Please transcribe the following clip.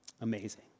Amazing